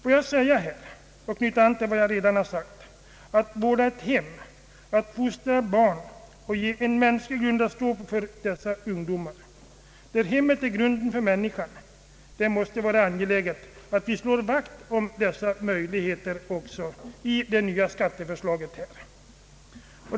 I anknytning till vad jag redan förut sagt vill jag betona: att vårda ett hem, att fostra barn och att skapa en mänsklig grund att stå på för dessa ungdomar, detta är uppgifter som vi måste slå vakt om i det nya skatteförslaget.